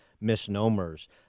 misnomers